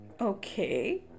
Okay